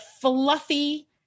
fluffy